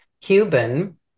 Cuban